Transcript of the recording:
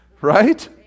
Right